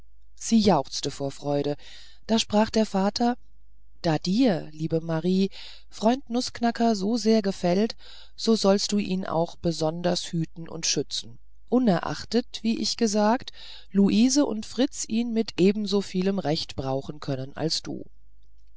sie jauchzte auf vor freude da sprach der vater da dir liebe marie freund nußknacker so sehr gefällt so sollst du ihn auch besonders hüten und schützen unerachtet wie ich gesagt luise und fritz ihn mit ebenso vielem recht brauchen können als du